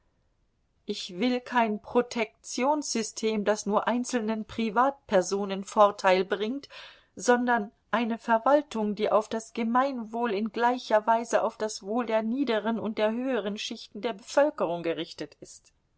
ich will kein protektionssystem das nur einzelnen privatpersonen vorteil bringt sondern eine verwaltung die auf das gemeinwohl in gleicher weise auf das wohl der niederen und der höheren schichten der bevölkerung gerichtet ist